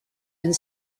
and